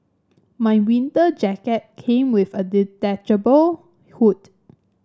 my winter jacket came with a detachable hood